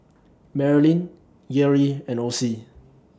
Marilynn Geary and Ocie